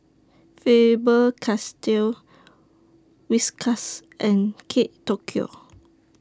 Faber Castell Whiskas and Kate Tokyo